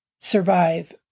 survive